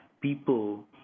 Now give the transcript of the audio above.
people